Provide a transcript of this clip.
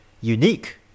unique